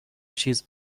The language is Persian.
چیز